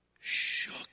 shook